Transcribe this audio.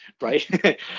right